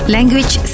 Language